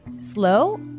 slow